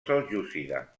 seljúcida